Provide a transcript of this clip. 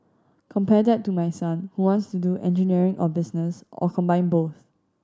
compare that to my son who wants to do engineering or business or combine both